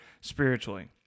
spiritually